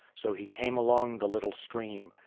so he came along the little stream,